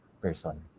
person